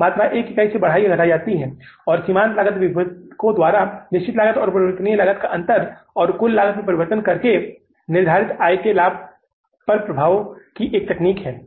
मात्रा एक इकाई से भी बढ़ाई या घटाई जाती है और सीमांत लागत विभेदकों द्वारा निश्चित लागत और परिवर्तनीय लागत का अंतर और कुल उत्पादन में परिवर्तन करके निर्धारित आय के लाभ पर प्रभाव की एक तकनीक है